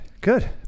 Good